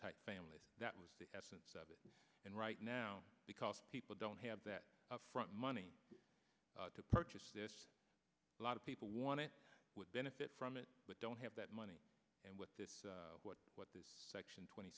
type family that was the essence of it and right now because people don't have that front money to purchase this a lot of people want to would benefit from it but don't have that money and with this what what this section twenty